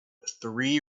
three